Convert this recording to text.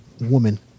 woman